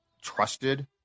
trusted